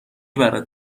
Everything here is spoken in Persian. برات